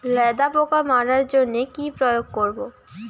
লেদা পোকা মারার জন্য কি প্রয়োগ করব?